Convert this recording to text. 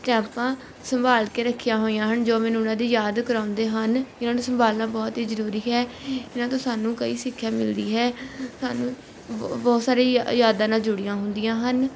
ਸਟੈਂਪਾਂ ਸੰਭਾਲ ਕੇ ਰੱਖੀਆਂ ਹੋਈਆਂ ਹਨ ਜੋ ਮੈਨੂੰ ਉਨ੍ਹਾਂ ਦੀ ਯਾਦ ਕਰਵਾਉਂਦੇ ਹਨ ਇਹਨਾਂ ਨੂੰ ਸੰਭਾਲਣਾ ਬਹੁਤ ਹੀ ਜ਼ਰੂਰੀ ਹੈ ਇਹਨਾਂ ਤੋਂ ਸਾਨੂੰ ਕਈ ਸਿੱਖਿਆ ਮਿਲਦੀ ਹੈ ਸਾਨੂੰ ਬ ਬਹੁਤ ਸਾਰੀਆਂ ਯ ਯਾਦਾਂ ਨਾਲ ਜੁੜੀਆਂ ਹੁੰਦੀਆਂ ਹਨ